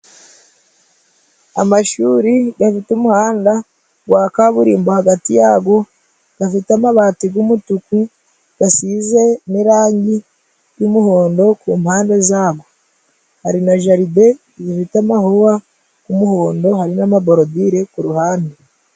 Amashuri gafite umuhanda wa kaburimbo hagati yago gafite amabati g'umutuku gasize n'irangi g'umuhondo kumpande zabo hari na jaride zifite amahuwa gumuhondo hari namaborudire kuruhande.